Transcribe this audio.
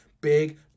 big